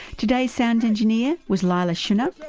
today's sound engineer was leila schunner,